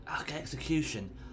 execution